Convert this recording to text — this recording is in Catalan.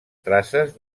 traces